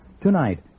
Tonight